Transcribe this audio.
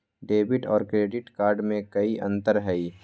Debit और credit card में कई अंतर हई?